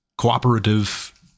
cooperative